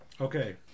Okay